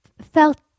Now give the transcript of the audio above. felt